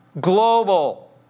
Global